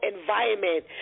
environment